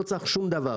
לא צריך שום דבר.